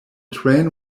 train